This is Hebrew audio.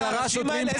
עשרה שוטרים פצועים,